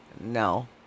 No